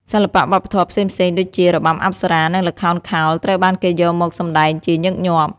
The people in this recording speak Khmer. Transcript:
សិល្បៈវប្បធម៌ផ្សេងៗដូចជារបាំអប្សរា និងល្ខោនខោលត្រូវបានគេយកមកសម្តែងជាញឹកញាប់។